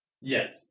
Yes